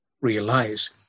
realize